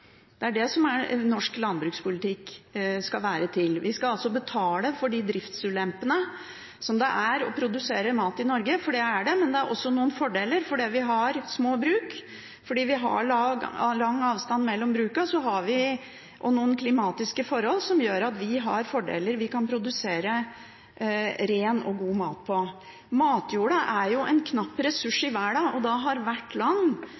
Det er det norsk landbrukspolitikk skal være til for. Vi skal altså betale for de driftsulempene som det er å produsere mat i Norge – for det er det – men det er også noen fordeler, fordi vi har små bruk, fordi vi har lang avstand mellom brukene og noen klimatiske forhold som gjør at vi har fordeler som gjør at vi kan produsere ren og god mat. Matjorda er jo en knapp ressurs i verden, og da har hvert land